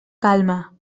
calma